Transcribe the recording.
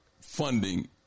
funding